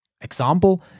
Example